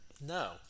No